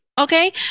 Okay